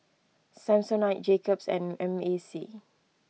Samsonite Jacob's and M A C